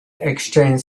exchanged